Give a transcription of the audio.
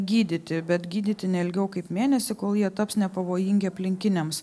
gydyti bet gydyti ne ilgiau kaip mėnesį kol jie taps nepavojingi aplinkiniams